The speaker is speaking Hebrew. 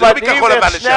זה לא מישהו מכחול לבן לשעבר.